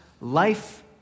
life